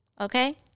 Okay